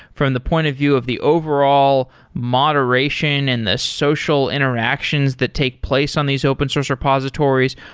from the point of view of the overall moderation and the social interactions that take place on these open source repositories.